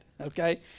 Okay